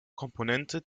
komponente